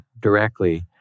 directly